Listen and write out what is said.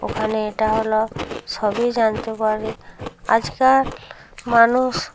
ওখানে এটা হলো সবই জানতে পারি আজকাল মানুষ